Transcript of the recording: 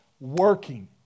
working